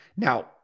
Now